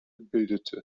bildete